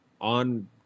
on